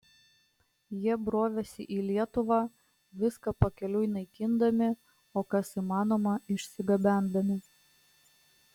jie brovėsi į lietuvą viską pakeliui naikindami o kas įmanoma išsigabendami